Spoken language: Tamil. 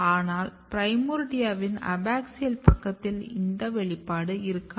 ஆனால் பிரைமோர்டியாவின் அபாக்சியல் பக்கத்தில் இந்த வெளிப்பாடு இருக்காது